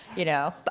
you know. but